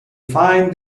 find